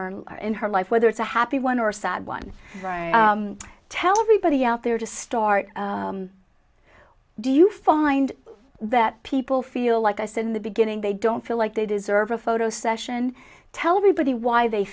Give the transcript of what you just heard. transition in her life whether it's a happy one or sad one tell everybody out there to start do you find that people feel like i said in the beginning they don't feel like they deserve a photo session tell everybody why they